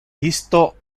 isto